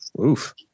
oof